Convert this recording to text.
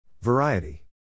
Variety